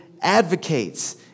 advocates